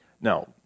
Now